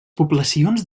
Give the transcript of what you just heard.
poblacions